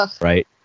right